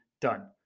done